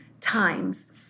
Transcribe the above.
times